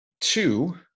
two